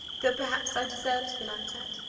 though, perhaps, i deserve to be laughed at.